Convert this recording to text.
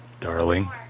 Darling